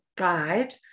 guide